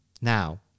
Now